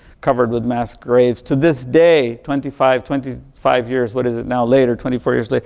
covered with mass graves. till this day, twenty five twenty five years, what is it now, later twenty four years later,